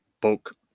book